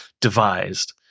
devised